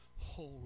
Holy